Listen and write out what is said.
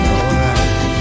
alright